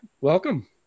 welcome